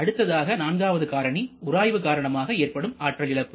அடுத்ததாக நான்காவது காரணி உராய்வு காரணமாக ஏற்படும் ஆற்றல் இழப்பு